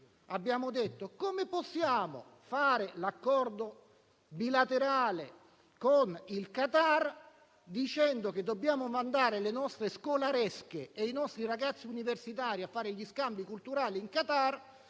siamo chiesti come potevamo fare un accordo bilaterale con il Qatar, dicendo che dovevamo mandare le nostre scolaresche e i nostri ragazzi universitari a fare gli scambi culturali in Qatar,